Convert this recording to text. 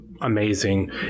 amazing